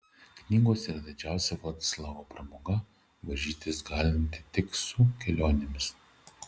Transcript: knygos yra didžiausia vladislavos pramoga varžytis galinti tik su kelionėmis